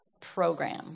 program